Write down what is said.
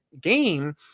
game